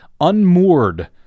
unmoored